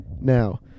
now